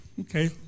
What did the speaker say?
Okay